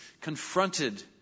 confronted